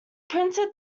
printed